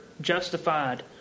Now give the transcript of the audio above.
justified